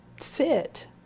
sit